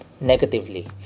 negatively